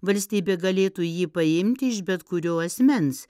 valstybė galėtų jį paimti iš bet kurio asmens